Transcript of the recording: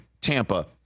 Tampa